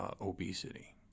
obesity